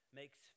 makes